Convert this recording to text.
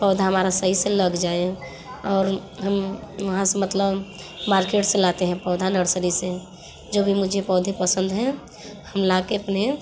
पौधा हमारा सही से लग जाए और हम वहाँ से मतलब मार्केट से लाते हैं पौधा नर्सरी से जो भी मुझे पौधे पसंद हैं हम ला के अपने